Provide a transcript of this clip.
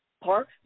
Park